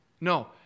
No